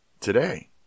today